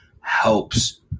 helps